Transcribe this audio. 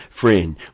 friend